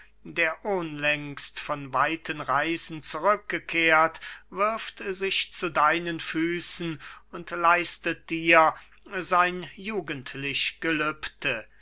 der ohnlängst von weiten reisen zurückgekehrt wirft sich zu deinen füßen und leistet dir sein jugendlich